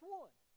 one